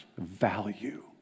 value